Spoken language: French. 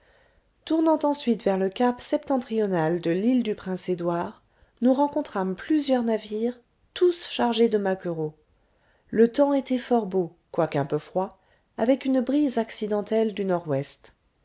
tournant ensuite vers le cap septentrional de l'île du prince edouard nous rencontrâmes plusieurs navires tous chargés de maquereaux le temps était fort beau quoique un peu froid avec une brise accidentelle du nord-ouest